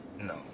No